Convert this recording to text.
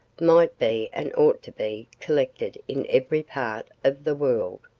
might be and ought to be, collected in every part of the world.